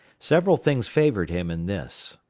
several things favored him in this.